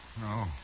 No